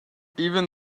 even